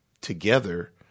together